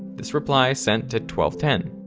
this reply sent at twelve ten.